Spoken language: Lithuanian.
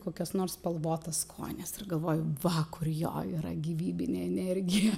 kokias nors spalvotas kojines ir galvoji va kur jo yra gyvybinė energija